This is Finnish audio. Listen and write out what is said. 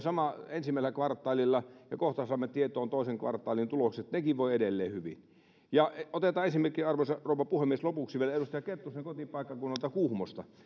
ensimmäisellä kvartaalilla ja kohta saamme tietoon toisen kvartaalin tulokset ne voivat edelleen hyvin otetaan esimerkki arvoisa rouva puhemies lopuksi vielä edustaja kettusen kotipaikkakunnalta kuhmosta